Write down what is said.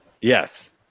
Yes